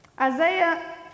Isaiah